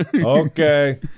Okay